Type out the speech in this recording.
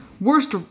worst